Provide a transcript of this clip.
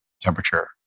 temperature